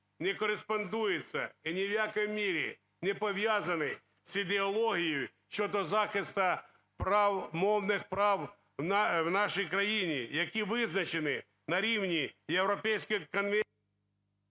не кореспондується і ні в якій мірі не пов'язаний з ідеологією щодо захисту прав, мовних прав в нашій країні, які визначені на рівні європейської… Веде